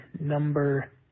number